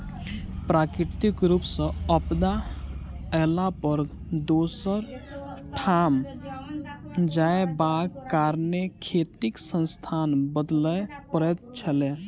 प्राकृतिक रूप सॅ आपदा अयला पर दोसर ठाम जायबाक कारणेँ खेतीक स्थान बदलय पड़ैत छलै